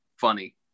funny